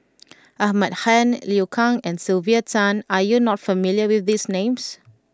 Ahmad Khan Liu Kang and Sylvia Tan are you not familiar with these names